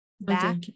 back